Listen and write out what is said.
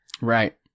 Right